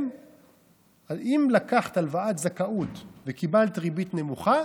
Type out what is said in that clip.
אם לקחת הלוואת זכאות וקיבלת ריבית נמוכה,